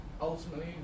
ultimately